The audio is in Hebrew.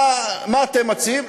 מה אתם מציעים?